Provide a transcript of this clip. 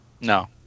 No